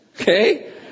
Okay